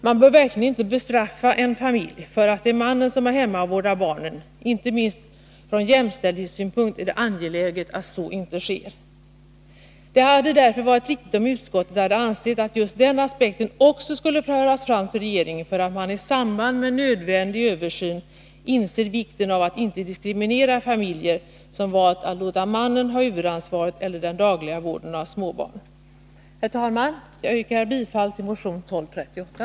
Man bör verkligen inte bestraffa en familj för att det är mannen som är hemma och vårdar barnen — inte minst från jämställdhetssynpunkt är det angeläget att så inte sker. Det hade därför varit riktigt om utskottet hade ansett att just denna aspekt också skulle föras fram till regeringen för att man i samband med en nödvändig översyn skall inse vikten av att inte diskriminera familjer som valt att låta mannen ha huvudansvaret eller den dagliga vårdnaden av små barn. Herr talman! Jag yrkar bifall till motion 1238.